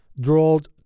drawled